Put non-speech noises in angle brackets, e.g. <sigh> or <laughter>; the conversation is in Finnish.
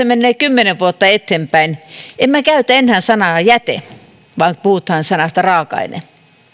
<unintelligible> menee kymmenen vuotta eteenpäin emme käytä enää sanaa jäte vaan puhumme sanasta raaka aine